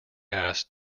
asked